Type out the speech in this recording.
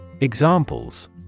Examples